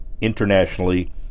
internationally